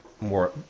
more